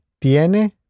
tiene